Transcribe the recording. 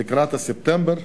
לקראת ספטמבר?